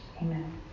Amen